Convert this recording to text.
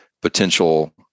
potential